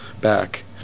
back